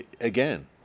again